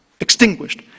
Extinguished